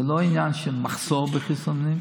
זה לא עניין של מחסור בחיסונים,